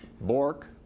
Bork